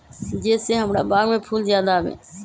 जे से हमार बाग में फुल ज्यादा आवे?